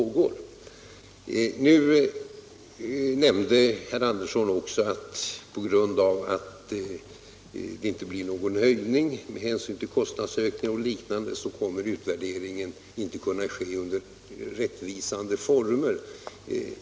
Herr Andersson i Lycksele nämnde att en utvärdering — på grund av att det inte blir någon höjning med hänsyn till kostnadsökningar och liknande — inte kommer att ske under rättvisande former.